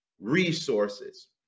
resources